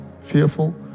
Fearful